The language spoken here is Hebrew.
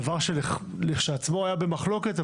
דבר שהיה במחלוקת כשלעצמו,